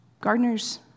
Gardeners